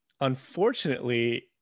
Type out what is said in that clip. Unfortunately